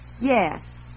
Yes